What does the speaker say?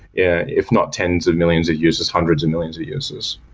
yeah if not tens of millions of users, hundreds of millions of users.